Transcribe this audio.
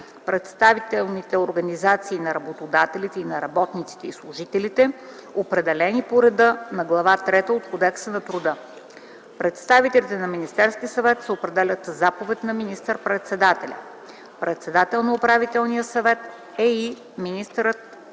представителните организации на работодателите и на работниците и служителите, определени по реда на глава трета от Кодекса на труда. Представителите на Министерския съвет се определят със заповед на министър-председателя. Председател на управителния съвет е министърът